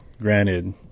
Granted